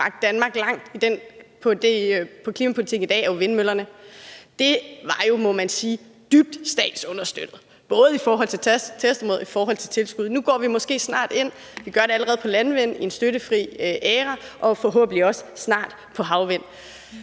Danmark langt på klimapolitikkens område i dag, er vindmøllerne. Det var jo, må man sige, dybt statsunderstøttet, både i forhold til test og i forhold til tilskud. Nu går vi måske snart ind i en støttefri æra, vi gør det allerede på landvind – det gælder forhåbentlig også snart, hvad